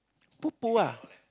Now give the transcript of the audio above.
poo poo ah